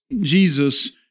Jesus